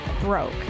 broke